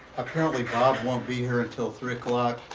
apparently, bob won't be here until three o'clock,